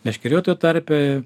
meškeriotojo tarpe